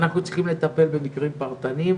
אנחנו צריכים לטפל במקרים פרטניים